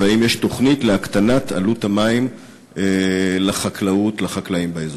2. האם יש תוכנית להקטנת עלות המים לחקלאות לחקלאים באזור?